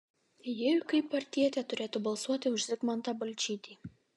ji kaip partietė turėtų balsuoti už zigmantą balčytį